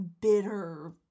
bitter